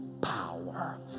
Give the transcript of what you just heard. power